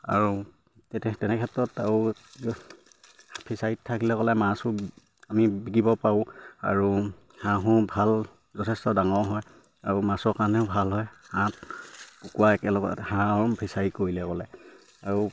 আৰু তেনেক্ষেত্ৰত আৰু ফিচাৰীত থাকিলে ক'লে মাছো আমি বিকিব পাৰোঁ আৰু হাঁহো ভাল যথেষ্ট ডাঙৰ হয় আৰু মাছৰ কাৰণেও ভাল হয় হাঁহ কুকুৰা একেলগত হাঁহ ফিচাৰী কৰিলে গ'লে আৰু